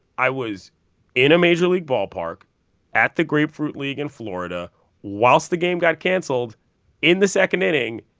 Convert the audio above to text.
i was in a major league ballpark at the grapefruit league in florida whilst the game got canceled in the second inning,